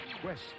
quest